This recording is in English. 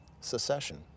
secession